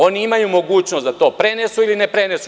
Oni imaju mogućnost da to prenesu ili ne prenesu.